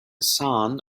son